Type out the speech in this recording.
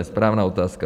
Správná otázka.